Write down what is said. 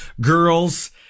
girls